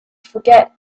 forget